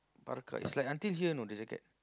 parka is like until here you know the jacket